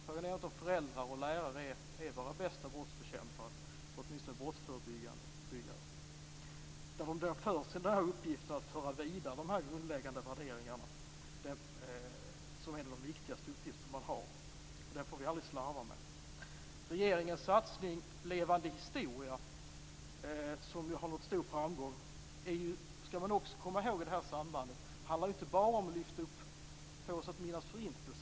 Frågan är om inte föräldrar och lärare är våra bästa brottsbekämpare eller åtminstone brottsförebyggare. Deras uppgift är att föra vidare de här grundläggande värderingarna. Det är en av de viktigaste uppgifter man har. Det får vi aldrig slarva med. Regeringens satsning Levande historia, som har nått stor framgång, handlar ju inte bara, det skall man också komma ihåg i det här sammanhanget, om att få oss att minnas Förintelsen.